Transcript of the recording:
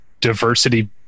diversity